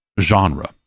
genre